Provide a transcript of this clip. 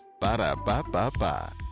Ba-da-ba-ba-ba